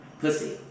pussy